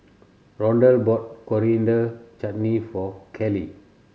Rondal bought Coriander Chutney for Carley